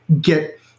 get